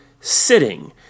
sitting